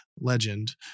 Legend